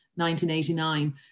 1989